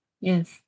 yes